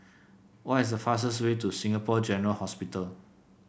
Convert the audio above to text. what is the fastest way to Singapore General Hospital